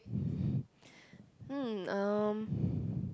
hmm um